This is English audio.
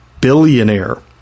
billionaire